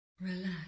Relax